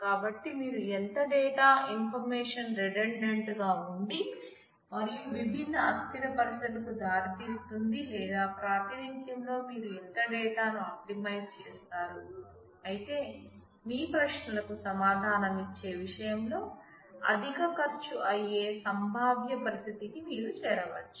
కాబట్టి మీరు ఎంత డేటా ఇన్ఫర్మేషన్ రీడడెంట్ గా ఉండి మరియు విభిన్న అస్థిర పరిస్థితులకు దారితీస్తుంది లేదా ప్రాతినిధ్యంలో మీరు ఎంత డేటాను ఆప్టిమైజ్ చేస్తారు అయితే మీ ప్రశ్నలకు సమాధానం ఇచ్చే విషయంలో అధిక ఖర్చు అయ్యే సంభావ్య పరిస్థితికి మీరు చేరవచ్చు